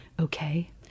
okay